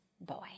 boy